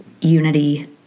Unity